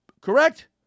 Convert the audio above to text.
Correct